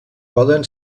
poden